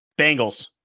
Bengals